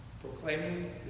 proclaiming